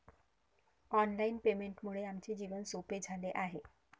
online पेमेंटमुळे आमचे जीवन सोपे झाले आहे